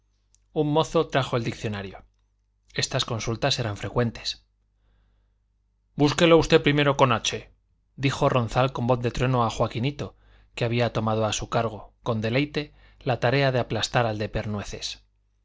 un mozo trajo el diccionario estas consultas eran frecuentes búsquelo usted primero con h dijo ronzal con voz de trueno a joaquinito que había tomado a su cargo con deleite la tarea de aplastar al de pernueces